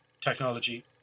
technology